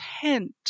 hint